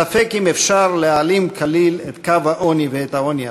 ספק אם אפשר להעלים כליל את קו העוני ואת העוני עצמו,